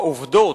בעובדות,